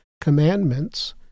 commandments